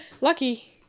lucky